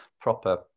proper